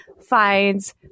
finds